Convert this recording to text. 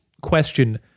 question